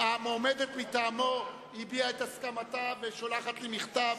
המועמדת מטעמו הביעה את הסכמתה ושולחת לי מכתב,